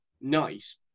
nice